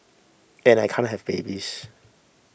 and I can't have babies